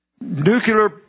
nuclear